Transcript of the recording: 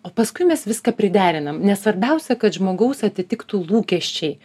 o paskui mes viską priderinam nes svarbiausia kad žmogaus atitiktų lūkesčiai